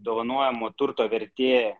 dovanojamo turto vertė